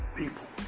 people